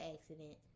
accident